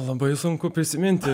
labai sunku prisiminti